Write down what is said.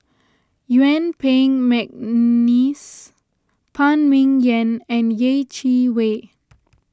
Yuen Peng McNeice Phan Ming Yen and Yeh Chi Wei